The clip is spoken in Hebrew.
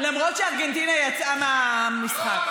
למרות שארגנטינה יצאה מהמשחק.